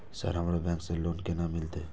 Sir हमरा bank से loan केना मिलते?